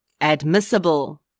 admissible